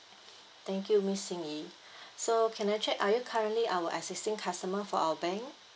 okay thank you miss sin yi so can I check are you currently our existing customer for our bank